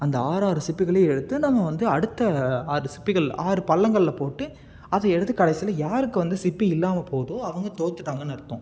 அந்த ஆறாறு சிப்பிகளையும் எடுத்து நம்ம வந்து அடுத்த ஆறு சிப்பிகள் ஆறு பள்ளங்களில் போட்டு அதை எடுத்து கடைசியில் யாருக்கு வந்து சிப்பி இல்லாமல் போதோ அவங்க தோத்துவிட்டாங்கன்னு அர்த்தம்